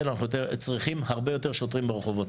אנחנו צריכים הרבה יותר שוטרים ברחובות.